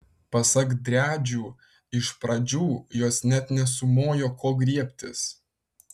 pasak driadžių iš pradžių jos net nesumojo ko griebtis